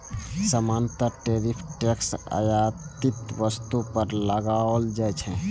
सामान्यतः tariff tax आयातित वस्तु पर लगाओल जाइ छै